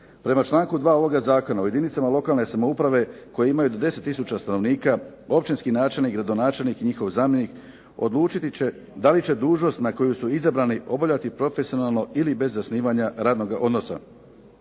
Prema članku 2. ovoga zakona u jedinicama lokalne samouprave koje imaju do 10 tisuća stanovnika općinski načelnik, gradonačelnik i njihov zamjenik odlučiti će da li će dužnost na koju su izabrani obavljati profesionalno ili bez zasnivanja radnoga odnosa.